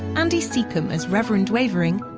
andy secombe as reverend wavering,